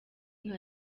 nka